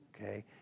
okay